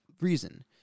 reason